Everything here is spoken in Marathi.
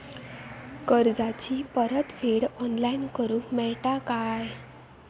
कर्जाची परत फेड ऑनलाइन करूक मेलता काय?